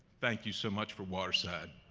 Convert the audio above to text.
thank you so much for waterside.